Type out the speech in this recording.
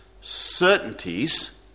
certainties